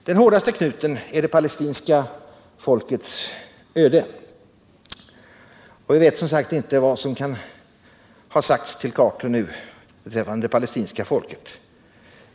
Den hårdaste knuten är det palestinska folkets öde. Vi vet alltså inte vad som kan ha sagts till Carter beträffande det palestinska folket.